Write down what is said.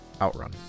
Outrun